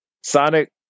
Sonic